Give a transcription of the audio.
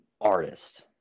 artist